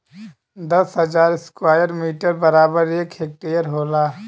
दस हजार square metre बराबर एक हेक्टेयर होला